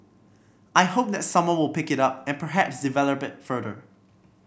I hope that someone will pick it up and perhaps develop it further